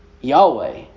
Yahweh